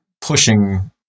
pushing